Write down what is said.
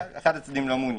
אחד הצדדים לא מעוניין.